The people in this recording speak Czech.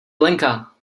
lenka